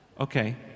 Okay